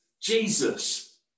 Jesus